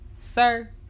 sir